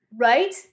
Right